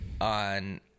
on